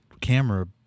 camera